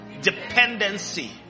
Dependency